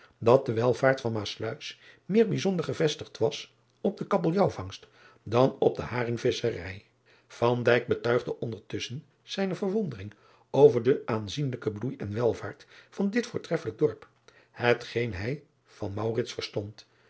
dat de welvaart van aasluis meer bijzonder gevestigd was op de abeljaauw vangst dan op de aringvisscherij betuigde ondertusschen zijne verwondering over den aanzienlijken bloei en welvaart van dit voortreffelijk dorp hetgeen hij van verstond